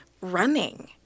running